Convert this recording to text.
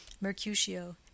mercutio